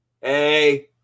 Hey